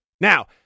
Now